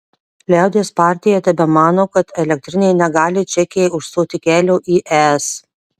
liaudies partija tebemano kad elektrinė negali čekijai užstoti kelio į es